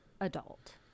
adult